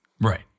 Right